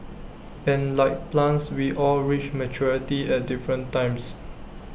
and like plants we all reach maturity at different times